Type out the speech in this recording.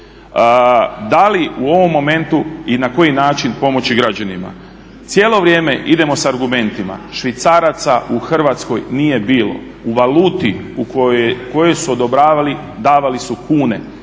Da li u ovom momentu i na koji način pomoći građanima? Cijelo vrijeme idemo s argumentima švicaraca u Hrvatskoj nije bilo, u valuti u kojoj su odobravali davali su kune,